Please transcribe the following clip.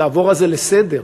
לעבור על זה לסדר.